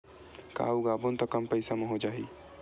का उगाबोन त कम पईसा म हो जाही?